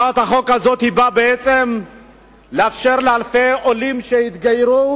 היא באה לאפשר לאלפי עולים שהתגיירו